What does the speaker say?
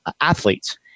athletes